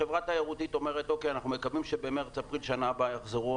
חברה תיירותית אומרת שאנחנו מקווים שבמארס-אפריל שנה הבאה יחזרו